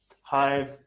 hi